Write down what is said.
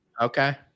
Okay